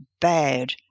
bad